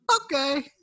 okay